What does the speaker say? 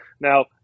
Now